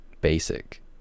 basic